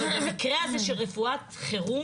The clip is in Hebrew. אבל במקרה הזה של רפואת חירום,